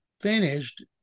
finished